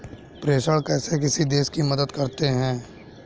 प्रेषण कैसे किसी देश की मदद करते हैं?